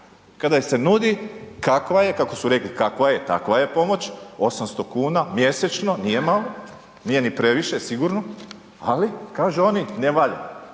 Kada im se nudi kakva je, kako su rekli kakva je takva je pomoć, 800,00 kn mjesečno nije malo, nije ni previše sigurno, ali kažu oni ne valja